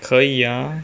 可以呀